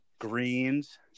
greens